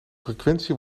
frequentie